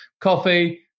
coffee